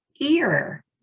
Ear